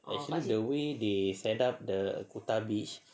it it is the way they set up the kuta beach